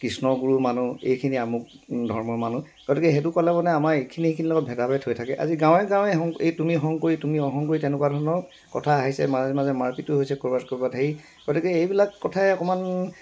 কৃষ্ণগুৰু মানুহ এইখিনি আমোক ধৰ্মৰ মানুহ গতিকে সেইটো ক'লে মানে আমাৰ এইখিনি এইখিনি লগত ভেদাভেদ হৈ থাকে আজি গাঁৱে গাঁৱে এই তুমি শংকৰী তুমি অশংকৰী তেনেকুৱা ধৰণৰ কথা আহিছে মাজে মাজে মাৰপিতো হৈছে ক'ৰবাত ক'ৰবাত সেই গতিকে এইবিলাক কথাই অকণমান